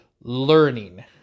learning